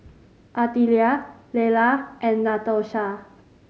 Artelia Lella and Natosha